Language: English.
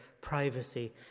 privacy